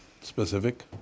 specific